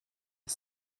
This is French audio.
six